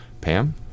Pam